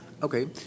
Okay